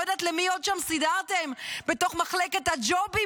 לא יודעת למי עוד שם סידרתם בתוך מחלקת הג'ובים